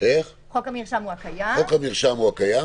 חוק המרשם הוא הקיים,